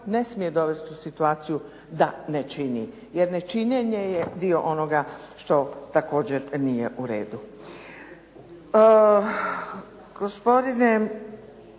ne smije dovesti u situaciju da ne čini jer nečinjenje je dio onoga što također nije u redu. Gospodine